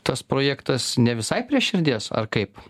tas projektas ne visai prie širdies ar kaip